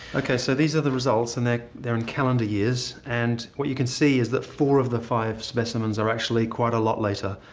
ok, so these are the results and they're in calendar years. and what you can see is that four of the five specimens are actually quite a lot later.